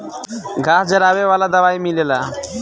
घास जरावे वाला दवाई मिलेला